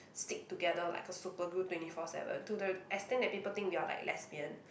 stick together like a super glue twenty four seven to the extent that people think we are like lesbian